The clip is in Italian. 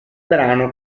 brano